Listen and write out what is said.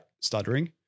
stuttering